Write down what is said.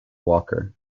walker